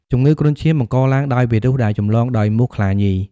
ជំងឺគ្រុនឈាមបង្កឡើងដោយវីរុស ដែលចម្លងដោយមូសខ្លាញី។